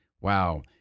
wow